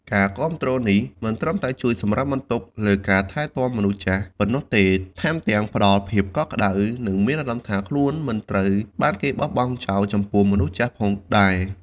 ការគាំទ្រនេះមិនត្រឹមតែជួយសម្រាលបន្ទុកលើការថែទាំមនុស្សចាស់ប៉ុណ្ណោះទេ ថែមទាំងផ្តល់ភាពកក់ក្តៅ និងអារម្មណ៍ថាខ្លួនមិនត្រូវបានគេបោះបង់ចោលចំពោះមនុស្សចាស់ផងដែរ។